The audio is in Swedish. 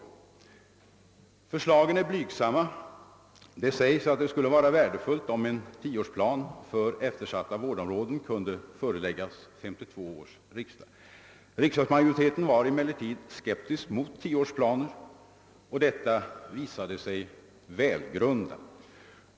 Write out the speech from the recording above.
Förslagen var blygsamma. Det framhölls att det vore värdefullt, om en tioårsplan för eftersatta vårdområden kunde föreläggas 1952 års riksdag. Riksdagsmajoriteten var emellertid skeptisk mot tioårsplaner, och detta visade sig vägrundat.